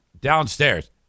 downstairs